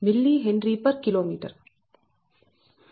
4605 log d3d223 mHkm